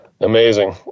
Amazing